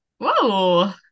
Whoa